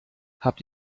habt